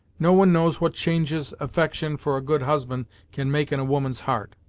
no one knows what changes affection for a good husband can make in a woman's heart.